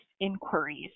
inquiries